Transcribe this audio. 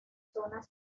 zonas